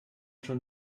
schon